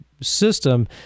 system